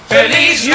Feliz